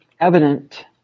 evident